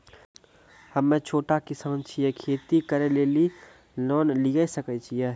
हम्मे छोटा किसान छियै, खेती करे लेली लोन लिये सकय छियै?